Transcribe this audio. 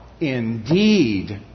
indeed